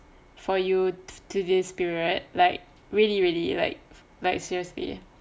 for you to this period like really really like like seriously